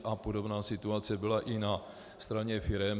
A podobná situace byla i na straně firem.